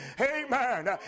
Amen